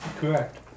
Correct